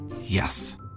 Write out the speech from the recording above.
Yes